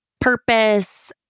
purpose